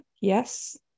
Yes